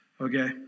Okay